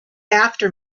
after